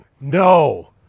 No